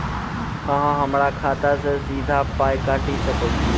अहॉ हमरा खाता सअ सीधा पाय काटि सकैत छी?